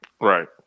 right